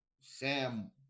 Sam